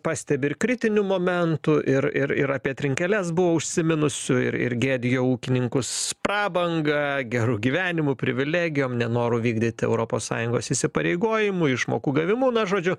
pastebi ir kritinių momentų ir ir ir apie trinkeles buvo užsiminusių ir ir gėdijo ūkininkus prabanga geru gyvenimu privilegijom nenoru vykdyti europos sąjungos įsipareigojimų išmokų gavimu na žodžiu